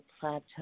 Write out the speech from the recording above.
plateau